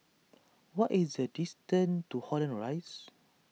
what is the distance to Holland Rise